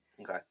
Okay